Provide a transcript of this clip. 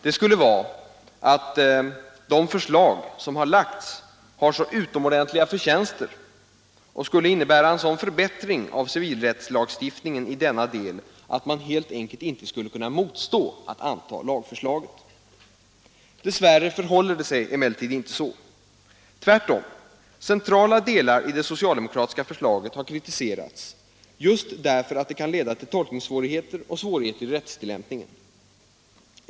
Det skulle vara att det förslag som framlagts har så utomordentliga förtjänster och skulle innebära en sådan förbättring av civilrättslagstiftningen i denna del att man helt enkelt inte skulle kunna motstå att anta lagförslaget. Dessvärre förhåller det sig emellertid inte så. Tvärtom har centrala delar i det socialdemokratiska förslaget kritiserats just därför att de kan leda till tolkningssvårigheter och svårigheter i rättstillämpningen.